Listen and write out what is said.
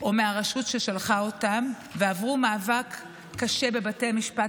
או מהרשות ששלחה אותם ועברו מאבק קשה בבתי משפט